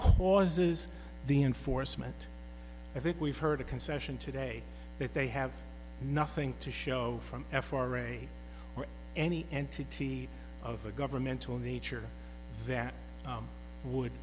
causes the enforcement i think we've heard a concession today that they have nothing to show from f r a or any entity of a governmental nature that would